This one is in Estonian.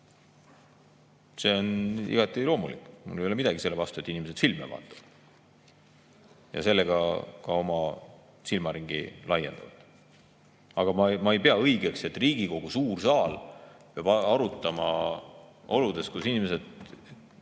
on igati loomulik. Mul ei ole midagi selle vastu, et inimesed filme vaatavad ja sellega ka oma silmaringi laiendavad. Aga ma ei pea õigeks, et Riigikogu suur saal peab arutama oludes, kus inimesed